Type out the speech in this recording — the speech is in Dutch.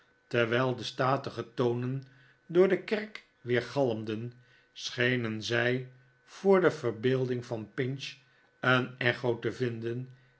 terwijl de statige tonen door de kerk weergalmden schenen zij voor de verbeelding van pinch een echo te vinden